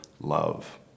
love